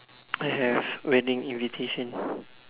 I have wedding invitation